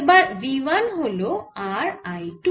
এবার বিভব V1 হল R I 2